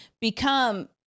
become